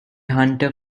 hunter